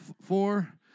Four